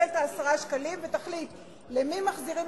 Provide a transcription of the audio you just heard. שיקבל את 10 השקלים ויחליט למי מחזירים